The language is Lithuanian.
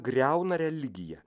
griauna religiją